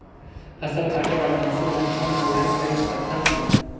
फसल काटे वाला मशीन ला हमन ऑनलाइन खरीद सकथन कौन?